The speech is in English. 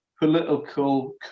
political